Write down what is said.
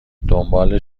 دنبال